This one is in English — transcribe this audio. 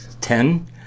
ten